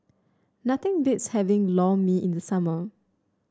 nothing beats having Lor Mee in the summer